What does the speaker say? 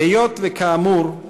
היות שהוא נפטר,